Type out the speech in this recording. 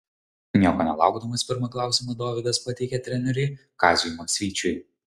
nieko nelaukdamas pirmą klausimą dovydas pateikė treneriui kaziui maksvyčiui